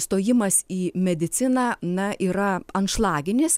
stojimas į mediciną na yra anšlaginis